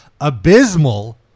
Abysmal